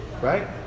right